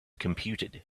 computed